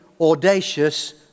audacious